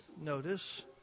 notice